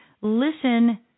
listen